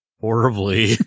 horribly